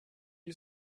you